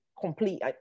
complete